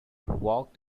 walked